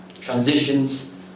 Transitions